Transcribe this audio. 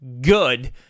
good